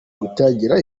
gutangira